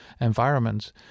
environments